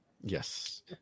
Yes